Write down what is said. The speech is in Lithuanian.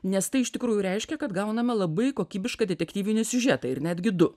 nes tai iš tikrųjų reiškia kad gauname labai kokybišką detektyvinį siužetą ir netgi du